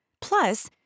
Plus